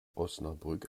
osnabrück